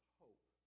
hope